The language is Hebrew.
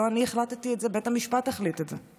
לא אני החלטתי את זה, בית המשפט החליט את זה.